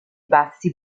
bassi